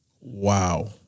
wow